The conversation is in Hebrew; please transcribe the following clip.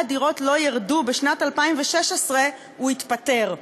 הדירות לא ירדו בשנת 2016 הוא יתפטר.